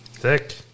Thick